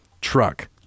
truck